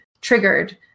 triggered